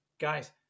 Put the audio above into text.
Guys